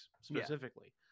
specifically